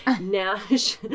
Nash